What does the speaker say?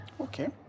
Okay